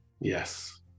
Yes